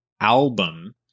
album